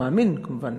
הוא מאמין בזה כמובן,